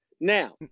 now